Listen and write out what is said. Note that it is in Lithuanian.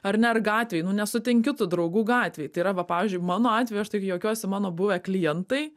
ar ne ar gatvėj nu nesutinki tų draugų gatvėj tai yra va pavyzdžiui mano atveju aš taip juokiuosi mano buvę klientai